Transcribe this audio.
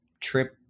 Trip